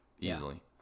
easily